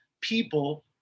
people